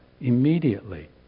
immediately